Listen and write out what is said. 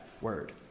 Word